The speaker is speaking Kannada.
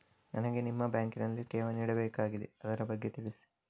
ನನಗೆ ನಿಮ್ಮ ಬ್ಯಾಂಕಿನಲ್ಲಿ ಠೇವಣಿ ಇಡಬೇಕಾಗಿದೆ, ಅದರ ಬಗ್ಗೆ ತಿಳಿಸಿ